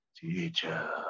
teacher